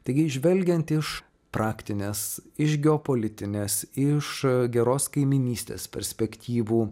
taigi žvelgiant iš praktinės iš geopolitinės iš geros kaimynystės perspektyvų